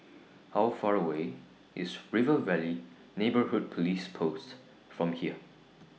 How Far away IS River Valley Neighbourhood Police Post from here